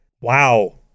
wow